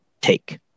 take